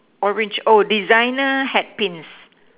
orange oh designer hair pins